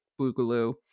Boogaloo